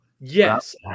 Yes